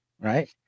right